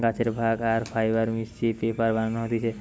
গাছের ভাগ আর ফাইবার মিশিয়ে পেপার বানানো হতিছে